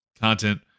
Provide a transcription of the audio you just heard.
content